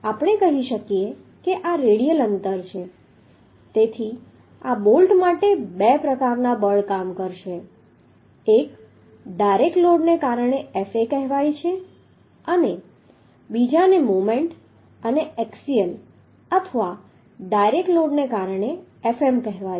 આપણે કહી શકીએ કે આ રેડિયલ અંતર છે તેથી આ બોલ્ટ માટે બે પ્રકારના બળ કામ કરશે એક ડાયરેક્ટ લોડને કારણે Fa કહેવાય છે અને બીજાને મોમેન્ટ અને એક્સિયલ અથવા ડાયરેક્ટ લોડને કારણે Fm કહેવાય છે